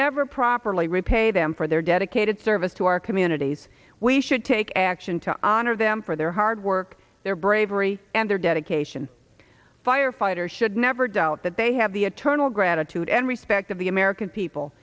never properly repay them for their dedicated service to our communities we should take action to honor them for their hard work their bravery and their dedication firefighters should never doubt that they have the eternal gratitude and respect of the american people